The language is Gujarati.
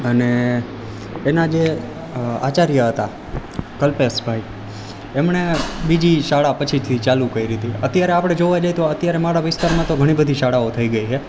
અને એના જે આચાર્ય હતા કલ્પેશ ભાઈ એમણે બીજી શાળા પછીથી ચાલુ કરી હતી અત્યારે આપણે જોવા જઈએ તો અત્યારે મારા વિસ્તારમાં તો ઘણી બધી શાળાઓ થઈ ગઈ છે